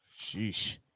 Sheesh